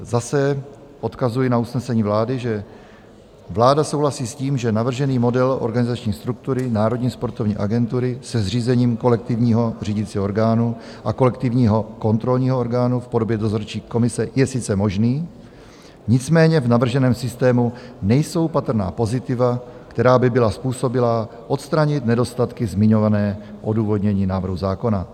Zase odkazuji na usnesení vlády, že vláda souhlasí s tím, že navržený model organizační struktury Národní sportovní agentury se zřízením kolektivního řídícího orgánu a kolektivního kontrolního orgánu v podobě dozorčí komise je sice možný, nicméně v navrženém systému nejsou patrná pozitiva, která by byla způsobilá odstranit nedostatky zmiňované v odůvodnění návrhu zákona.